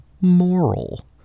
moral